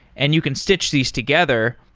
and you can stitch these together.